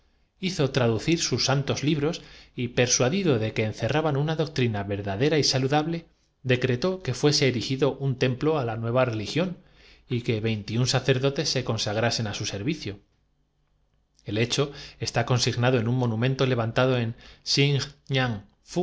pre cir sus santos libros y persuadido de que encerraban sencia una doctrina verdadera y saludable decretó que fuese si la eficacia de este licor es verdaderale dijo el erigido un templo á la nueva religión y que veintiún confucistala orden que acabáis de dar es inútil si por sacerdotes se consagrasen á su servicio el hecho esta el contrario es falsa con mi muerte destruiréis vues consignado en un monumento levantado en si